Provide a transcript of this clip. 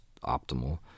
optimal